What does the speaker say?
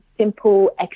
simple